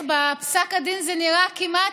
בפסק הדין זה נראה כמעט,